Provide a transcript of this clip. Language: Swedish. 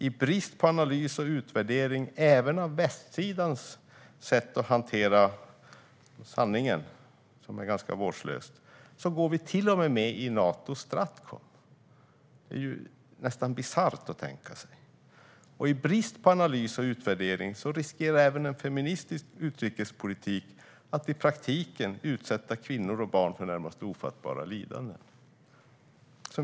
I brist på analys och utvärdering även av västsidans sätt att hantera sanningen, som är ganska vårdslöst, går vi dessutom med i Nato Stratcom. Det är nästan bisarrt. Och i brist på analys och utvärdering riskerar även en feministisk utrikespolitik att i praktiken utsätta kvinnor och barn för närmast ofattbara lidanden.